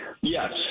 Yes